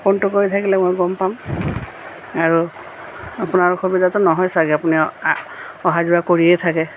ফোনটো কৰি থাকিলে মই গম পাম আৰু আপোনাৰ অসুবিধাটো নহয় চাগৈ আপুনি অহা যোৱা কৰিয়েই থাকে